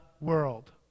world